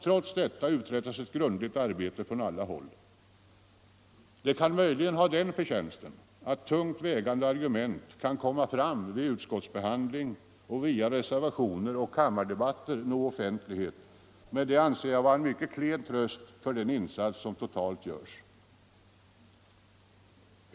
Trots detta uträttas ett grundligt arbete från alla håll. Det kan möjligen ha den förtjänsten att tungt vägande argument kan komma fram vid utskottsbehandling och via reservationer och kammardebatter nå offentlighet, men det anser jag vara en mycket klen tröst för den insats som totalt görs.